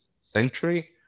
century